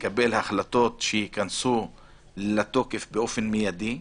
לקבל החלטות שייכנסו לתוקף באופן מיידי.